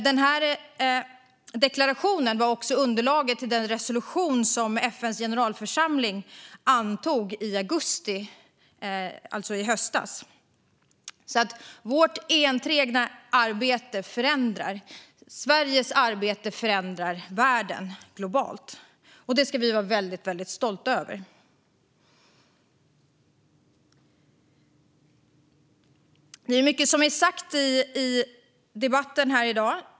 Deklarationen var underlag till den resolution som FN:s generalförsamling antog i augusti, alltså i höstas. Sveriges enträgna arbete förändrar alltså världen globalt. Det ska vi vara väldigt stolta över. Det har sagts mycket här i debatten i dag.